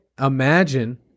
imagine